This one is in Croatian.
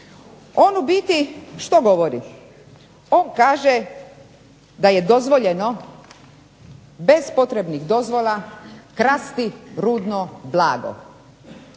On u biti što govori? On kaže da je dozvoljeno bez potrebnih dozvola krasti rudno blago